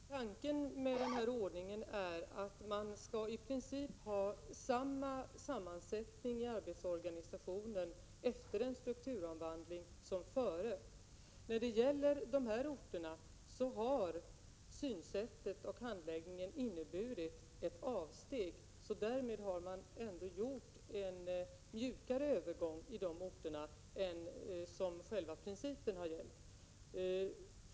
Fru talman! Tanken med denna ordning är att arbetsorganisationens sammansättning skall vara i princip densamma efter en strukturomvandling som före. När det gäller dessa orter har synsättet och handläggningen inneburit ett avsteg, och därmed har övergången där gjorts mjukare än vad som sägs i gällande princip.